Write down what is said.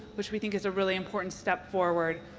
which we think is a really important step forward,